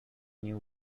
new